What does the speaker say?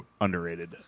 underrated